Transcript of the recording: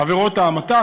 עבירות ההמתה.